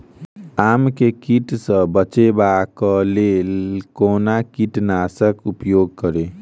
आम केँ कीट सऽ बचेबाक लेल कोना कीट नाशक उपयोग करि?